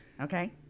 okay